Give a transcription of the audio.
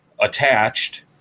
attached